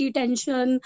tension